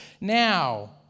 Now